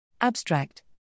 ABSTRACT